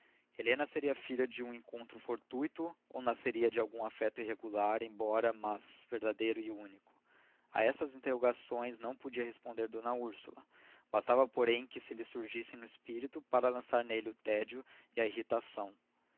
helena seria filha de um encontro fortuito ou nasceria de algum afeto irregular embora mas verdadeiro e único a estas interrogações não podia responder d úrsula bastava porém que lhe surgissem no espírito para lançar nele o tédio e a irritação